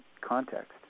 Context